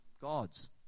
gods